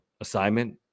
assignment